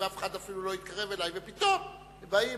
ואף אחד לא יתקרב אלי ופתאום הם באים,